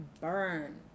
burn